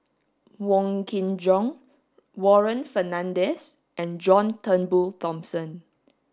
Wong Kin Jong Warren Fernandez and John Turnbull Thomson